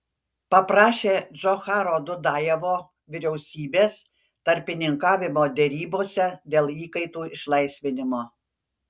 paprašė džocharo dudajevo vyriausybės tarpininkavimo derybose dėl įkaitų išlaisvinimo